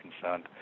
concerned